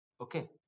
Okay